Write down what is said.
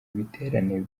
ibiterane